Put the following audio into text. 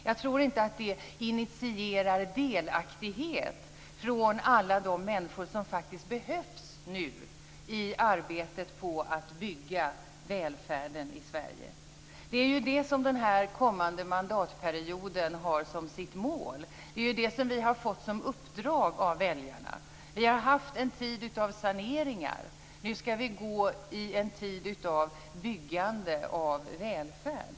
Jag tror inte att det initierar delaktighet från alla de människor som faktiskt behövs just nu i arbetet med att bygga välfärden i Sverige. Det är vad den kommande mandatperioden har som sitt mål. Det är det som vi har fått som uppdrag av väljarna. Vi har haft en tid av saneringar. Nu skall vi gå mot en tid av byggande av välfärd.